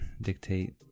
dictate